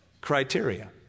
criteria